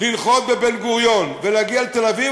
לנחות בבן-גוריון ולהגיע לתל-אביב,